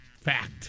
Fact